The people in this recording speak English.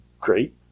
great